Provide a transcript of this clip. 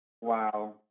Wow